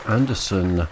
Anderson